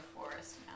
forest